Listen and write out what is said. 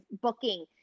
booking